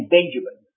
Benjamin